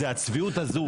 מספיק עם זה, הצביעות הזאת.